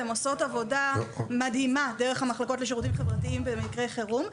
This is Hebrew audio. והן עושות עבודה מדהימה דרך המחלקות לשירותים חברתיים במקרי חירום,